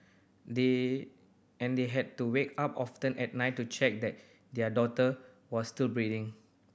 they and they had to wake up often at night to check that their daughter was still breathing